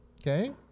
Okay